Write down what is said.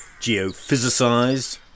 geophysicised